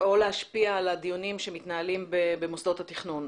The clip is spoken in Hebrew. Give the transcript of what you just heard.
או להשפיע על הדיונים שמתנהלים במוסדות התכנון.